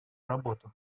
работу